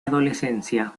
adolescencia